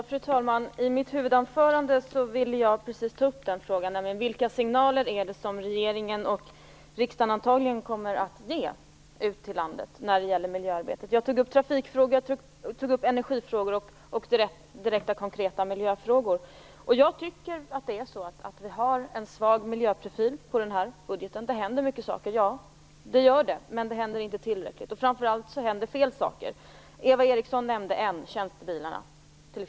Fru talman! I mitt huvudanförande tog jag upp frågan vilka signaler som regeringen och riksdagen kommer att ge ut till landet när det gäller miljöarbetet. Jag tog upp trafikfrågor, energifrågor och direkta konkreta miljöfrågor. Det är en svag miljöprofil på den här budgeten. Det händer visserligen mycket saker, men det är inte tillräckligt. Framför allt är det fel saker som händer. Eva Eriksson nämnde en fel sak, nämligen detta med tjänstebilarna.